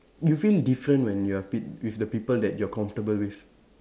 you feel different when you have pit with the people that you are comfortable with